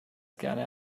gerne